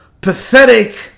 pathetic